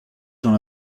dans